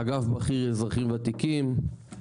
אגף בכיר אזרחים ותיקים,